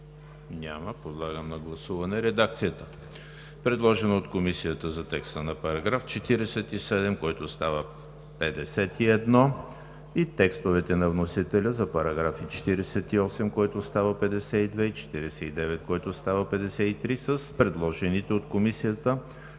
Няма. Подлагам на гласуване